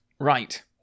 Right